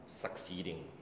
succeeding